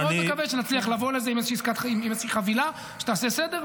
אני מאוד מקווה שנצליח לבוא לזה עם איזה חבילה שתעשה סדר,